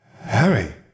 Harry